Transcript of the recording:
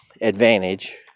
advantage